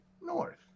North